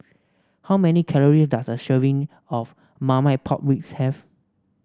how many calories does a serving of Marmite Pork Ribs have